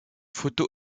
photo